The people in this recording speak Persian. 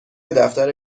دفتر